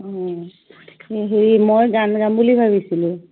অ' হেৰি মই গান গাম বুলি ভাবিছিলোঁ